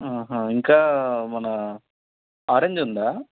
ఇంకా మన ఆరెంజ్ ఉందా